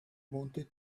wanted